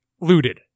Looted